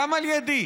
גם על ידי,